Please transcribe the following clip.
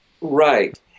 Right